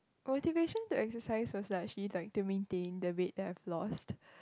motivation to exercise was like actually like to maintain the weight that I've lost